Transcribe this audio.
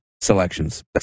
selections